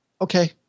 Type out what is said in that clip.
Okay